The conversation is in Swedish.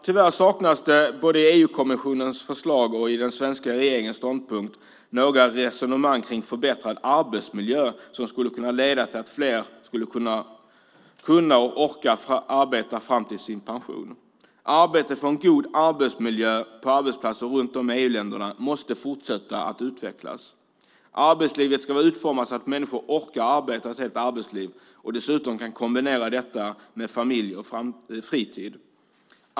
Tyvärr saknas det både i EU-kommissionens förslag och i den svenska regeringens ståndpunkt några resonemang kring en förbättrad arbetsmiljö som skulle kunna leda till att fler kan och orkar arbeta fram till sin pension. Arbetet för en god arbetsmiljö på arbetsplatser runt om i EU-länderna måste fortsätta att utvecklas. Arbetslivet ska vara utformat så att människor orkar arbeta ett helt arbetsliv och dessutom kan kombinera detta med familj och fritid.